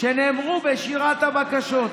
שנאמרו בשירת הבקשות.